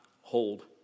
hold